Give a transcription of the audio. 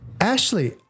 Ashley